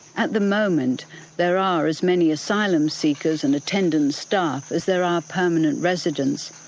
at the moment there are as many asylum seekers and attendant staff as there are permanent residents.